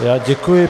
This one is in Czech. Já děkuji.